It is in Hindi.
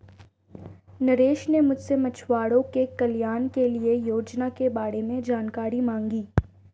नरेश ने मुझसे मछुआरों के कल्याण के लिए योजना के बारे में जानकारी मांगी